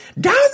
down